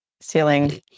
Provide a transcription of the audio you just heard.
ceiling